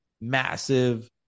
massive